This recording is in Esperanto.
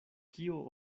kio